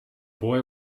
boy